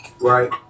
right